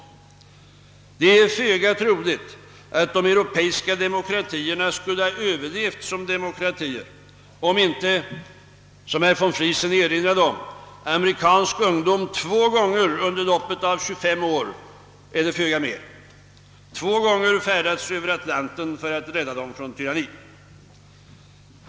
Det är föga troligt att de europeiska demokratierna skulle ha överlevt i denna egenskap, om inte såsom herr von Friesen erinrade om, amerikansk ungdom två gånger under loppet av 25 år eller föga mer färdats över Atlanten för att rädda dem från tyranni.